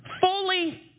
Fully